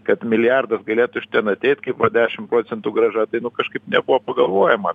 kad milijardas galėtų iš ten ateit kaip va dešim procentų grąža tai nu kažkaip nebuvo pagalvojama